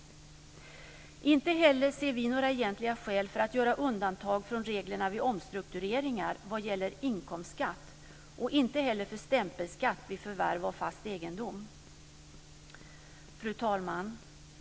Vi ser inte heller några egentliga skäl för att man ska göra undantag från reglerna vid omstruktureringar vad gäller inkomstskatt, inte heller när det gäller stämpelskatt vid förvärv av fast egendom. Fru talman!